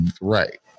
right